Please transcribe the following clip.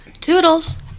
Toodles